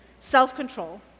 self-control